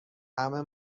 همه